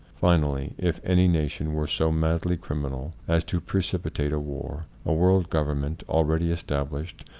finally, if any na tion were so madly criminal as to precipitate a war, a world govern ment, already established,